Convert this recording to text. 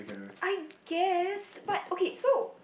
I guess but okay so